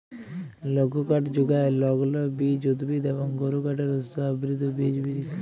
লঘুকাঠ যুগায় লগ্লবীজ উদ্ভিদ এবং গুরুকাঠের উৎস আবৃত বিচ বিরিক্ষ